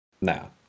No